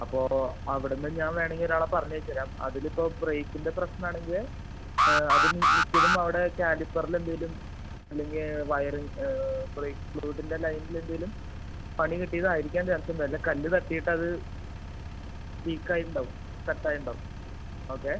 അപ്പോൾ അവിടുന്ന് ഞാൻ വേണമെങ്കിൽ ഒരാളെ പറഞ്ഞയച്ചു തരാം അതിലിപ്പോൾ ബ്രേക്കിൻ്റെ പ്രശ്നമാണെങ്കിൽ അത് മിക്കതും അവിടെ കാലിബറിൽ എന്തെങ്കിലും അല്ലെങ്കിൽ വയറിങ് ബ്രേക്ക് ഫ്ലൂയിഡിൻ്റെ ലൈൻൽ എന്തെങ്കിലും പണി കിട്ടിയതായിരിക്കാൻ ചാൻസുണ്ട് അല്ലെങ്കിൽ കല്ല് തട്ടിയിട്ട് അത് ലീക്ക് ആയിട്ടുണ്ടാകും കട്ട ആയിട്ടുണ്ടാകും ഓക്കെ